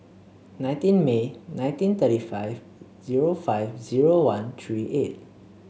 nineteen May nineteen thirty five zero five zero one three eight